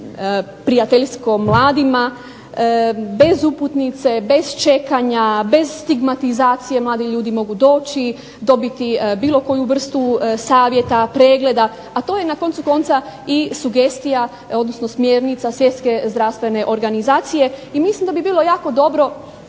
prijateljsko mladima, bez uputnice, bez čekanja, bez stigmatizacije mladi ljudi mogu doći, dobiti bilo koju vrstu savjeta, pregleda, a to je na koncu konca i sugestija odnosno smjernica Svjetske zdravstvene organizacije. I mislim da bi bilo jako dobro